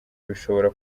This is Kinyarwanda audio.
bishobora